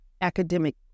academic